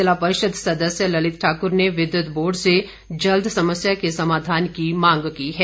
ज़िला परिषद सदस्य ललित ठाकुर ने विद्युत बोर्ड से जल्द समस्या के समाधान की मांग की है